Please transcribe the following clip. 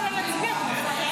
שלישית?